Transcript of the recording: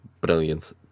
brilliant